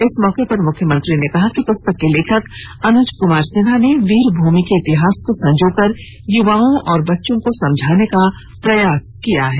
इस मौके पर मुख्यमंत्री ने कहा कि पुस्तक के लेखक अनुज कुमार सिन्हा ने वीरभूमि के इतिहास को संजोकर युवाओं और बच्चों को समझाने का प्रयास किया है